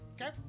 Okay